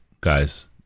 guys